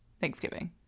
Thanksgiving